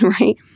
right